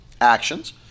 actions